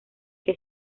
que